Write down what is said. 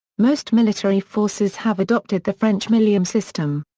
most military forces have adopted the french millieme system.